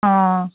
অঁ